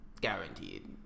Guaranteed